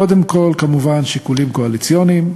קודם כול, כמובן שיקולים קואליציוניים,